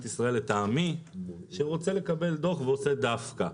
ישראל לטעמי שרוצה לקבל דוח ועושה דווקא.